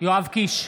יואב קיש,